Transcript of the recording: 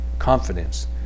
confidence